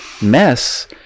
mess